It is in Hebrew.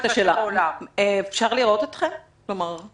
אפשר לענות על השאלה?